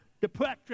depression